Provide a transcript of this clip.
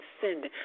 send